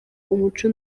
umuco